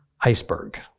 iceberg